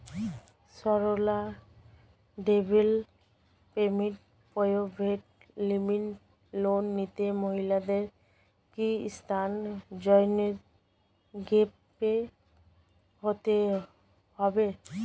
Sarala development private limited loan নিতে মহিলাদের কি স্বর্ণ জয়ন্তী গ্রুপে হতে হবে?